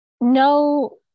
no